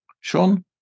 Sean